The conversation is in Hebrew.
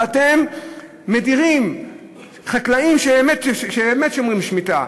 ואתם מדירים חקלאים שבאמת שומרים שמיטה,